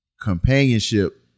companionship